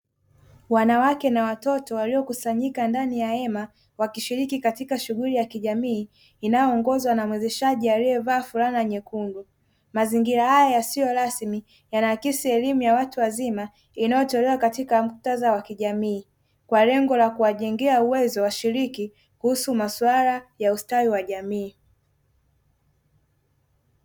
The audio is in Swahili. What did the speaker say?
Wanawake na watoto waliokusanyika ndani ya hema wakishiriki katika shughuli ya kijamii inayoongozwa na mwezeshaji aliyevaa fulana nyekundu, mazingira haya yasiyo rasmi yanaakisi elimu ya watu wazima inayotolewa katika muktadha wa kijamii kwa lengo la kuwajengea uwezo washiriki kuhusu maswala ya ustawi wa jamii.